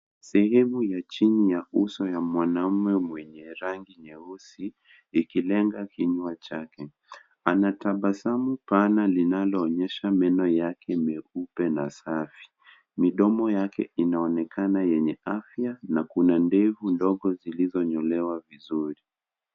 Sehemu ya chini ya uso ya mwanaume mwenye rangi nyeusi ikilenga kinywa chake. Ana tabasamu pana linaloonyesha meno yake meupe na safi midomo yake inaonekana yenye afya na kuna ndevu ndogo zilizonyolewa vizuri.